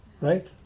Right